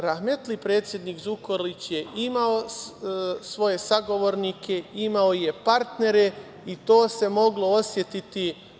Rahmetli predsednik Zukorlić je imao svoje sagovornike, imao je partnere i to se moglo osetiti.